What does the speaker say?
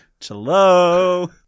Chalo